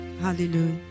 Hallelujah